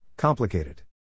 Complicated